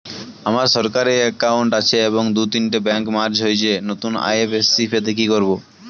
আমার সরকারি একাউন্ট আছে এবং দু তিনটে ব্যাংক মার্জ হয়েছে, নতুন আই.এফ.এস.সি পেতে কি করব?